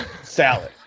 salad